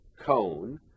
cone